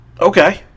Okay